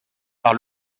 par